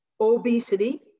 obesity